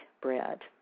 bread